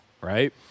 right